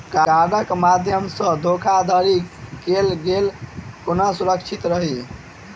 कार्डक माध्यम सँ कैल गेल धोखाधड़ी सँ केना सुरक्षित रहल जाए?